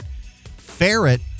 ferret